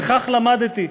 וכך למדתי: